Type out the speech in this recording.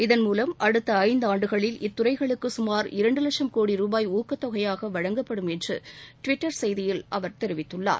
இதன் மூலம் அடுத்த இந்தாண்டுகளில் இத்துறைகளுக்கு சுமார் இரண்டு வட்சம் கோடி ரூபாய் ஊக்கத் தொகையாக வழங்கப்படும் என்று டுவிட்டர் செய்தியில் அவர் தெரிவித்துள்ளார்